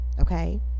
okay